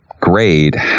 grade